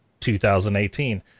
2018